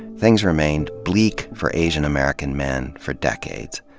things remained bleak for asian american men for decades.